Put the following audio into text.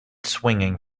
swinging